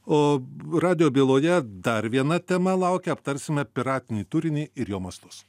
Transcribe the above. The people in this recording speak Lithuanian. o radijo byloje dar viena tema laukia aptarsime piratinį turinį ir jo mastus